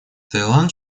таиланд